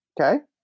Okay